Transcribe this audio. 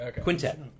Quintet